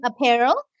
Apparel